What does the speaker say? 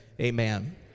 amen